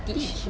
teach